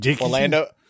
Orlando